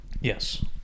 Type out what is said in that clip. yes